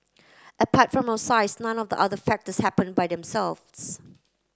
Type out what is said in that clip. apart from our size none of the other factors happen by themselves